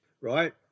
right